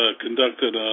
conducted